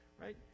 right